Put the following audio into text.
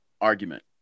argument